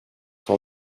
son